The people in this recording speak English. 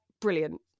Brilliant